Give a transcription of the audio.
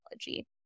technology